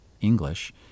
English